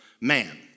man